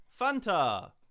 Fanta